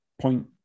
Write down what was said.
point